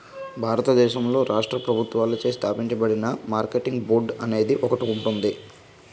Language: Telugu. భారతదేశంలోని రాష్ట్ర ప్రభుత్వాలచే స్థాపించబడిన మార్కెటింగ్ బోర్డు అనేది ఒకటి ఉంటుంది